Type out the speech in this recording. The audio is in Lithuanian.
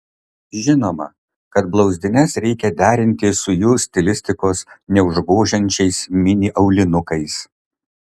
žinoma kad blauzdines reikia derinti su jų stilistikos neužgožiančiais mini aulinukais